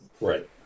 Right